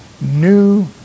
new